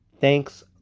Thanks